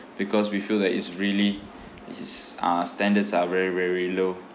because we feel that it's really his uh standards are very very low